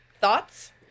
Thoughts